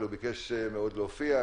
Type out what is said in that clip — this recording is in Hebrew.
אבל הוא ביקש מאוד להופיע.